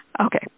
Okay